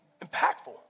impactful